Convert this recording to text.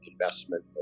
investment